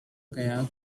kayak